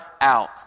out